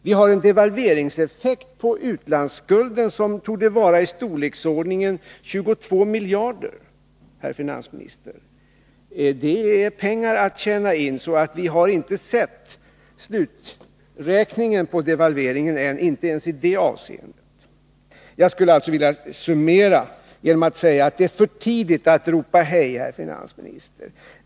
Vi har en devalveringseffekt på utlandsskulden som torde vara i storleksordningen 22 miljarder, herr finansminister. Det är pengar att tjäna in. Vi har inte sett sluträkningen för devalveringen än, inte ens i det avseendet. Jag skulle alltså vilja summera genom att säga: Det är för tidigt att ropa hej, herr finansminister.